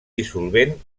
dissolvent